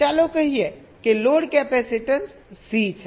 ચાલો કહીએ કે લોડ કેપેસીટન્સ સી છે